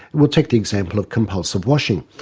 well, take the example of compulsive washing.